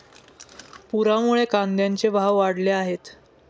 पुरामुळे कांद्याचे भाव वाढले आहेत